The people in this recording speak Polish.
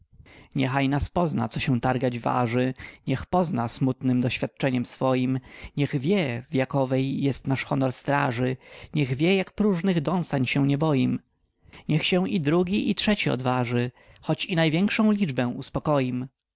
niechaj nas pozna co się targać waży niech pozna smutnem doświadczeniem swoim niech wie jakowej jest nasz honor straży niech wie jak próżnych dąsań się nie boim niech się i drugi i trzeci odważy choć i największą liczbę uspokoim